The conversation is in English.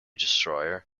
destroyer